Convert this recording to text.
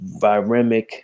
viremic